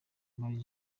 nkabona